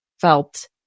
felt